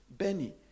Benny